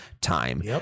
time